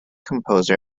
composer